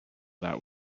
that